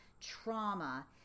trauma